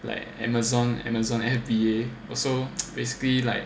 like Amazon Amazon M_B_A also basically like